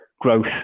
growth